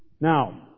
Now